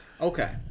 Okay